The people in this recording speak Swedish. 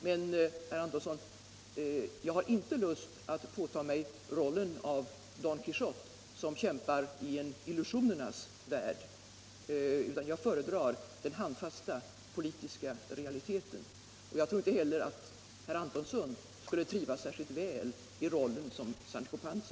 Men, herr Antonsson, jag har inte lust att påta mig rollen av Don Quijote som kämpar i en illusionernas värld, utan jag föredrar den handfasta politiska realiteten. Och jag tror inte heller att herr Antonsson skulle trivas särskilt väl i rollen som Sancho Panza.